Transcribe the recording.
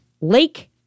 lake